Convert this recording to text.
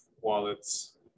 wallets